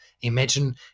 Imagine